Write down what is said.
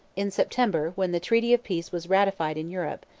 in september, when the treaty of peace was ratified in europe,